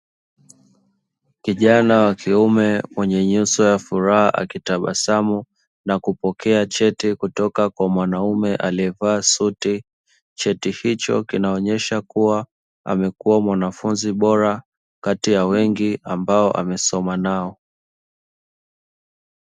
Kijani wa kiume mwenye nyuso ya furaha akitabasamu na kupokea cheti kutoka kwa mwanaume aliyevaa suti, cheti hicho kinaonesha kuwa amekuwa mwanafunzi bora kati ya wengi ambao amesoma nao.